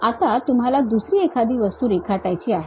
आता तुम्हाला दुसरी एखादी वस्तू रेखाटायची आहे